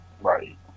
Right